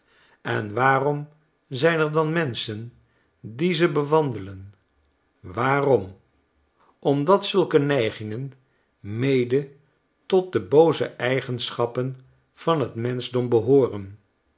en waarom zijn er dan menschen die ze bewandelen waarom omdat zulke neigingen mede tot de booze eigenschappen van t menschdom behooren